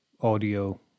audio